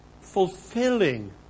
fulfilling